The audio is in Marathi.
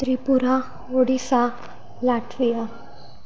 त्रिपुरा ओडिसा लाठविया